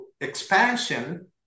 expansion